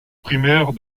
primaire